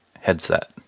headset